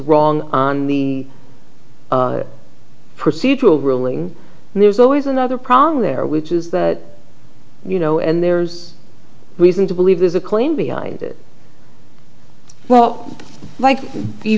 wrong on the procedural ruling and there's always another problem there which is that you know and there's reason to believe there's a claim beyond well like you